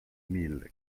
mille